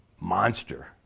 monster